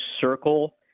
circle